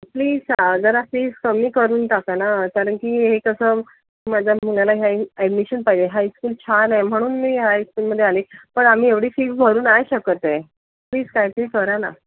please जरा fees कमी करून टाका ना कारण की हे कसं माझ्या मुलाला ह्या ॲडमिशन पाहिजे हायस्कूल छान आहे म्हणून मी ह्या हायस्कूलमध्ये आले पण आम्ही एवढी फीस भरू नाही शकत आहे प्लिज काहीतरी करा ना